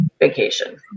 vacation